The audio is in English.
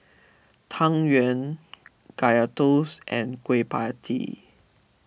Tang Yuen Kaya Toast and Kueh Pie Tee